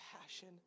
passion